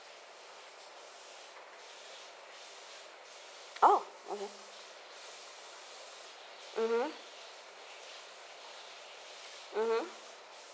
oh okay mmhmm